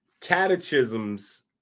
catechisms